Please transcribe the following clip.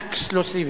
אַקסקלוסיבי.